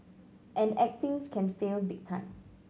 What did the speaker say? and acting can fail big time